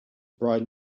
bride